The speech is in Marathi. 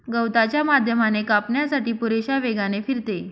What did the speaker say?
गवताच्या माध्यमाने कापण्यासाठी पुरेशा वेगाने फिरते